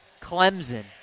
Clemson